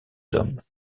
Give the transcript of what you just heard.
hommes